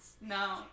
No